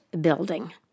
building